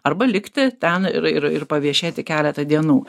arba likti ten ir ir ir paviešėti keletą dienų